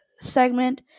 segment